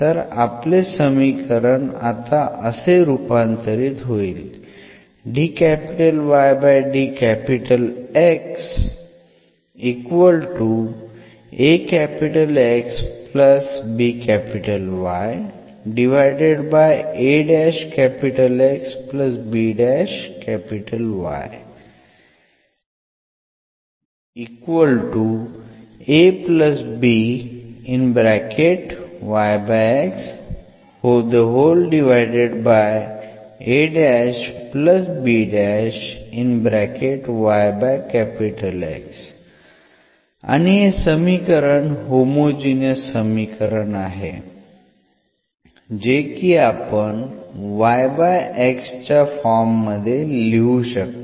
तर आपले समीकरण आता असे रूपांतरित होईल आणि हे समीकरण होमोजिनियस समीकरण आहे जे की आपण YX च्या फॉर्म मध्ये लिहू शकतो